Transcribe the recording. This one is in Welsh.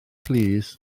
plîs